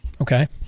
okay